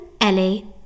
Ellie